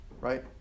Right